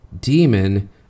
Demon